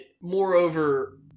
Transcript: moreover